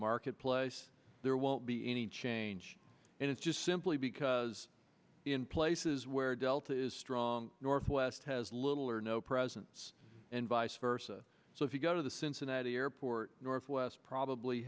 marketplace there won't be any change and it's just simply because in places where delta is strong northwest has little or no presence and vice versa so if you go to the cincinnati airport northwest probably